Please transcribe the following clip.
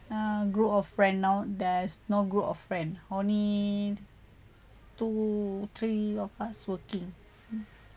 uh group of friend now there's no group of friend only two three of us working